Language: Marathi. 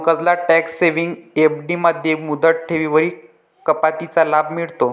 पंकजला टॅक्स सेव्हिंग एफ.डी मध्ये मुदत ठेवींवरील कपातीचा लाभ मिळतो